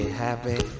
happy